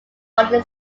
only